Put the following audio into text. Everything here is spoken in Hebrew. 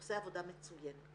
עושה עבודה מצוינת.